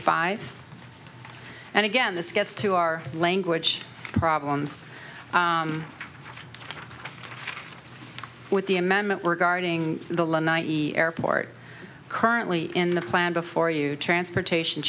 five and again this gets to our language problems with the amendment regarding the airport currently in the plan before you transportation